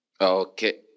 Okay